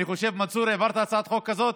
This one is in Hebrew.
אני חושב, מנסור, העברת הצעת חוק כזאת?